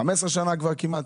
15 כבר כמעט,